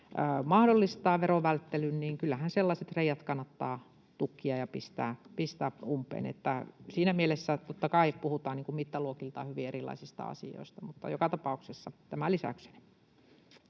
mahdollistaa verovälttelyn, niin kyllähän sellaiset reiät kannattaa tukkia ja pistää umpeen. Siinä mielessä, vaikka totta kai puhutaan mittaluokiltaan hyvin erilaisista asioista, tämä joka tapauksessa kannattaa. Tämä lisäyksenä.